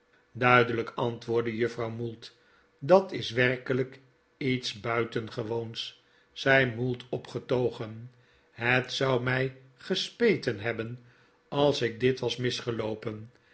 duidelijk antwoordde juffrouw mould dat is werkelijk iets buitengewoons zei mould opgetogen het zou mij gespeten hebben als ik dit was misgeloopen